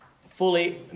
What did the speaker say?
fully